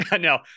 No